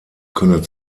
könne